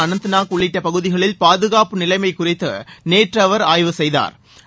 அனந்தநாக் உள்ளிட்ட பகுதிகளில் பாதுகாப்பு நிலைமை குறித்து நேற்று அவர் ஆய்வு செய்தாா்